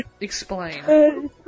explain